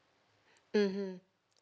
mmhmm